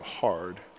hard